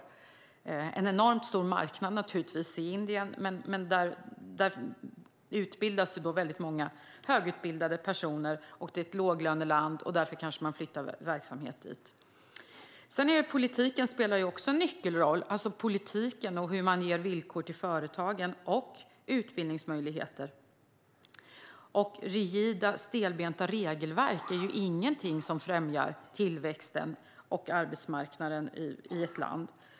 Det är naturligtvis en enormt stor marknad i Indien. Men där finns det då väldigt många högutbildade personer, och det är ett låglöneland. Därför kanske man flyttar verksamhet dit. Politiken spelar också en nyckelroll. Det handlar om politiken, om företagens villkor och om utbildningsmöjligheter. Rigida och stelbenta regelverk är ingenting som främjar tillväxten och arbetsmarknaden i ett land.